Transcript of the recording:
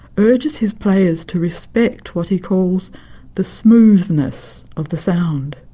urges his players to respect what he calls the smoothness of the sound.